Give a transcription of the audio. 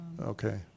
Okay